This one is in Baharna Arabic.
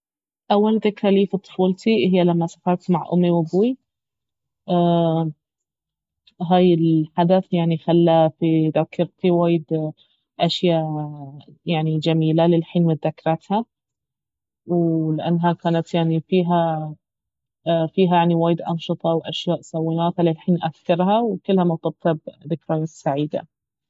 اول ذكرى لي في طفولتي اهي لما سافرت مع امي وابوي هاي الحدث يعني خلى في ذاكرتي وايد أشياء جميلة للحين متذكرتها ولأنها كانت يعني فيها فيها يعني وايد أنشطة واشياء سويناها فللحين اذكرها وكلها مرتبطة بذكريات سعيدة